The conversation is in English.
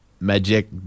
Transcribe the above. magic